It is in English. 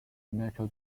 natural